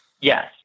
Yes